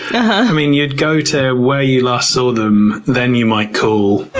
i mean, you'd go to where you last saw them, then you might call.